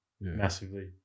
Massively